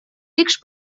text